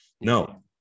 No